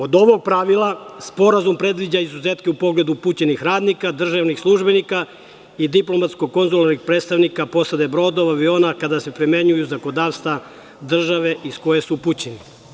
Od ovog pravila sporazum predviđa izuzetke u pogledu upućenih radnika, državnih službenika i diplomatsko-konzularnih predstavnika, posade brodova, aviona, kada se primenjuju zakonodavstva države iz koje su upućeni.